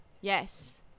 Yes